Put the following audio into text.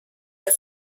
der